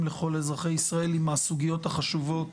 לכל אזרחי ישראל היא מהסוגיות החשובות